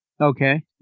Okay